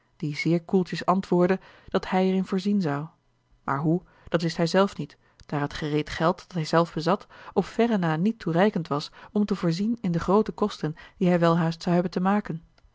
die zeer koeltjes antwoordde dat hij er in voorzien zou maar hoe dat wist hij zelf niet daar het gereed geld dat hij zelf bezat op verre na niet toereikend was om te voorzien in de groote kosten die hij welhaast zou hebben te maken